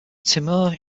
timur